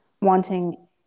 wanting